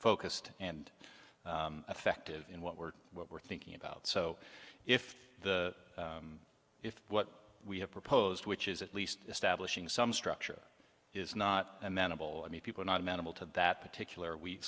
focused and effective in what we're what we're thinking about so if the if what we have proposed which is at least establishing some structure is not amenable i mean people are not amenable to that particular we